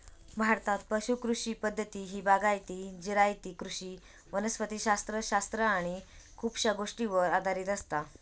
भारतात पुश कृषी पद्धती ही बागायती, जिरायती कृषी वनस्पति शास्त्र शास्त्र आणि खुपशा गोष्टींवर आधारित असता